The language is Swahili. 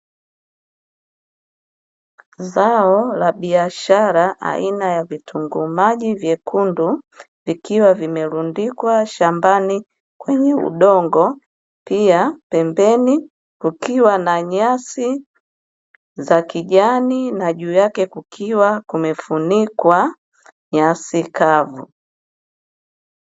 Zao la biashara aina ya vitunguu maji vyekundu vikiwa vimerundikwa shambani kwenye udongo, pia pembeni kukiwa na nyasi za kijani na juu yake kukiwa kumefunikwa nyasi kavu.